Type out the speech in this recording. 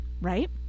right